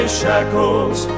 shackles